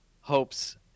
Hope's